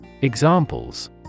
Examples